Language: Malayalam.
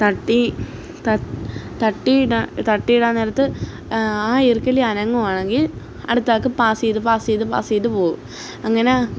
തട്ടി ഇടാൻ നേരത്ത് ആ ഈർക്കലി അനങ്ങുവാണെങ്കിൽ അടുത്തയാള്ക്ക് പാസ് ചെയ്ത് പാസ് ചെയ്ത് പാസ് ചെയ്ത് പോവും അങ്ങനെ